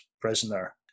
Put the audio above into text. prisoner